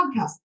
podcast